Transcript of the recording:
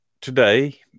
today